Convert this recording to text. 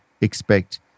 expect